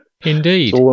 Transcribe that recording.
indeed